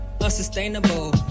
unsustainable